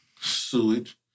sewage